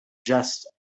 just